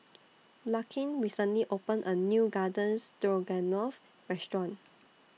Larkin recently opened A New Garden Stroganoff Restaurant